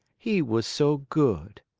he was so good!